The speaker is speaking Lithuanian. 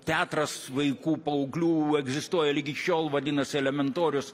teatras vaikų paauglių egzistuoja ligi šiol vadinasi elementorius